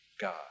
God